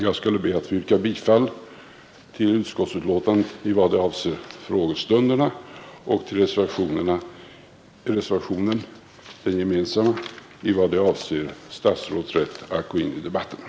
Jag ber att få yrka bifall till utskottets hemställan i vad avser åden att gå in i debatten, utan det gäller bara att begränsa